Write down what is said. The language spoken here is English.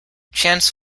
chance